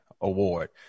Award